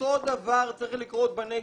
אותו דבר צריך לקרות בנגב.